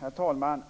Herr talman!